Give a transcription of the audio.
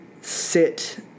sit